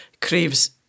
craves